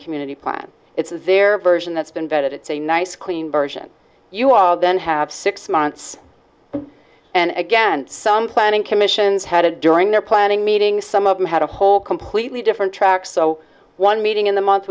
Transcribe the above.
community plan it's their version that's been vetted it's a nice clean version you all don't have six months and again some planning commissions had a during their planning meetings some of them had a whole completely different track so one meeting in the month